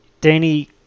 Danny